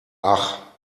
ach